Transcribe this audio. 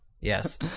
Yes